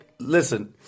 Listen